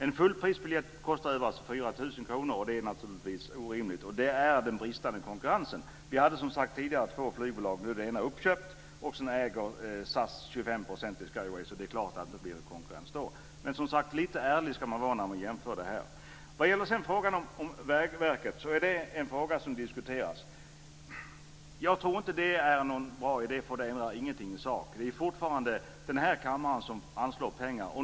En fullprisbiljett kostar alltså över 4 000 kronor, och det är naturligtvis orimligt. Det beror på den bristande konkurrensen. Vi hade som sagt tidigare två flygbolag. Nu är det ena uppköpt och SAS äger 25 % i Skyways. Det är klart att det blir dålig konkurrens då. Men som sagt, lite ärlig ska man vara när man jämför det här. Vad sedan gäller frågan om Vägverket är det något som diskuteras. Jag tror inte att det är någon bra idé, för det ändrar ingenting i sak. Det är fortfarande den här kammaren som anslår pengar.